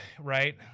right